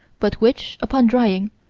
but which, upon drying,